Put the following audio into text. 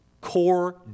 core